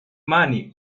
money